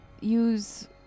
use